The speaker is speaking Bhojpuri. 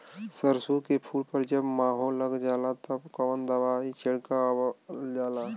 सरसो के फूल पर जब माहो लग जाला तब कवन दवाई छिड़कल जाला?